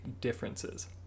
differences